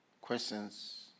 questions